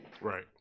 Right